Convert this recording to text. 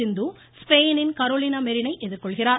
சிந்து ஸ்பெயினின் கரோலினா மெரினை எதிர்கொள்கிறார்